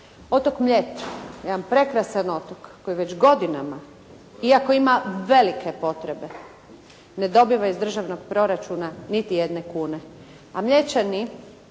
Otok Mljet, jedan prekrasan otok koji već godinama, iako ima velike potrebe ne dobiva iz državnog proračuna niti jedne kune.